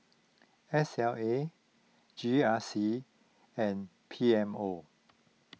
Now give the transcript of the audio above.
S L A G R C and P M O